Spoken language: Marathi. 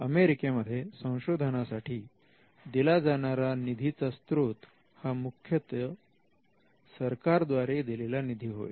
अमेरिकेमध्ये संशोधनासाठी दिला जाणाऱ्या निधीचा स्त्रोत हा मुख्यतः सरकारद्वारे दिलेला निधी होय